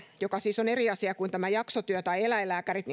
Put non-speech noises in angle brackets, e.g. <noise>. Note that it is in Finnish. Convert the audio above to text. joka siis on eri asia kuin jaksotyö tai eläinlääkärit <unintelligible>